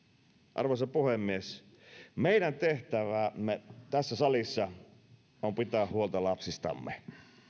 arvoisa puhemies meidän tehtävämme tässä salissa on pitää huolta lapsistamme